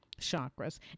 chakras